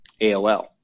AOL